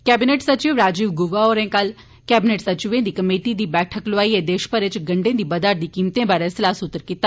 cabinet सचिव राजीव गऊबा होरें कल केबिनेट सचिवें दी कमेटी दी बैठक लोआईए देश भरै च गंडे दी बधै'रदी कीमतें बारै सलाहसूत्र कीता